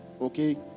Okay